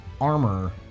armor